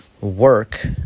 Work